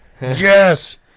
Yes